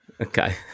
Okay